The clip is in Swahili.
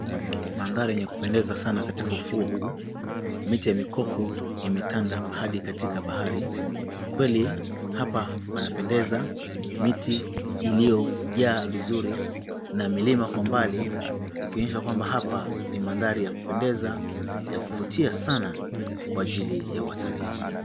Mandhari ya kupendeza sana katika ufuo huu. Miti ya mikoko imetanda hadi katika bahari. Kweli hapa panapendeza miti iliyojaa vizuri na milima kwa mbali ikionyesha kwamba hapa ni mandhari ya kupendeza ya kuvutia sana kwa ajili ya watalii.